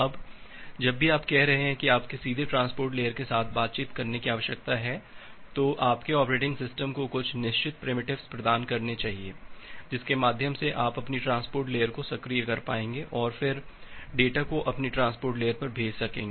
अब जब भी आप कह रहे हैं कि आपको सीधे ट्रांसपोर्ट लेयर के साथ बातचीत करने की आवश्यकता है तो आपके ऑपरेटिंग सिस्टम को कुछ निश्चित प्रिमिटिवस प्रदान करने चाहिए जिसके माध्यम से आप अपनी ट्रांसपोर्ट लेयर को सक्रिय कर पाएंगे और फिर डेटा को अपनी ट्रांसपोर्ट लेयर पर भेज सकेंगे